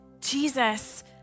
Jesus